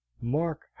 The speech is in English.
mark